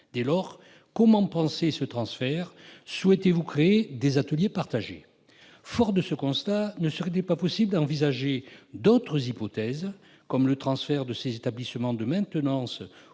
Dès lors, comment penser ce transfert ? Souhaitez-vous créer des ateliers partagés ? À la lumière de ce constat, ne serait-il pas possible d'envisager d'autres hypothèses, comme le transfert de ces établissements de maintenance